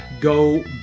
Go